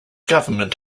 government